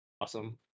awesome